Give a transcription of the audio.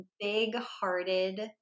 big-hearted